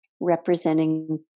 representing